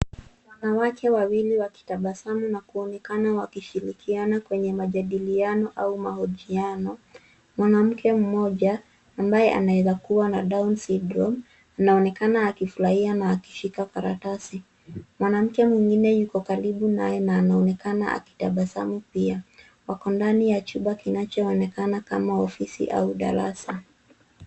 Wanawake wawili wakitabasamu na kuonekana wakishirikiana kwenye majadiliano au mahojiano. Mwanamke mmoja ambaye anaweza kuwa na []cs] Down syndrome , anaonekana akifurahia na akishika karatasi. Mwanamke mwingine yuko karibu naye na anaonekana akitabasamu pia. Wako ndani ya chumba kinacho onekana kama ofisi au darasa.